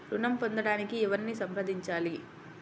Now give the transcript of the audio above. ఋణం పొందటానికి ఎవరిని సంప్రదించాలి?